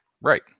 Right